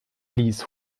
ließ